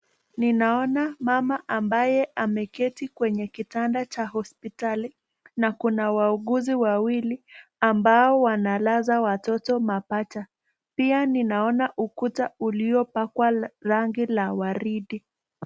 Ninaona mama ambaye ameketi kwenye kitanda cha hospitali, na kuna wauguzi wawili ambao wanalaza watoto mapacha, pia ninaona ukuta uliopakwa rangi la waridi.